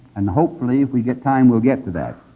and hopefully, if we get time, we'll get to that.